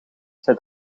zij